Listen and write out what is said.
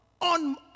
on